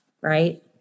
right